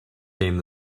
came